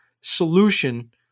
solution